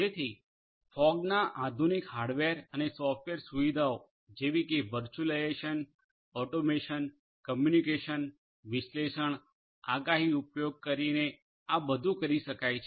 જેથી ફોગના આધુનિક હાર્ડવેર અને સોફ્ટવેર સુવિધાઓ જેવી કે વર્ચ્યુઅલાઈઝેશન ઓટોમેશન કમ્યુનિકેશન વિશ્લેષણ આગાહી ઉપયોગ કરીને આ બધું કરી શકાય છે